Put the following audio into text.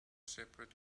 separate